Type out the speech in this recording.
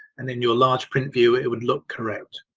and in your large print view it would look correct,